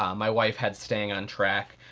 um my wife had staying on track.